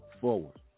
forward